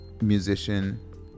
musician